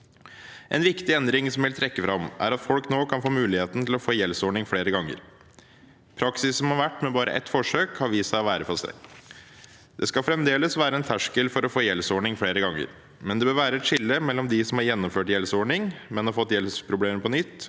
En viktig endring som jeg vil trekke fram, er at folk nå kan få mulighet til å få gjeldsordning flere ganger. Praksisen som har vært med bare ett forsøk, har vist seg å være for streng. Det skal fremdeles være en terskel for å få gjeldsordning flere ganger, men det bør være et skille mellom dem som har gjennomført gjeldsordning, men har fått gjeldsproblemer på nytt,